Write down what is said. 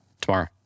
Tomorrow